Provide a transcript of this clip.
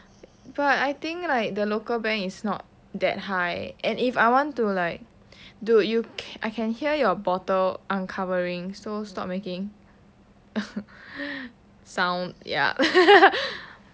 but I think like the local bank is not that high and if I want to like dude I can hear your bottle uncovering so stop making sound ya